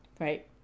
Right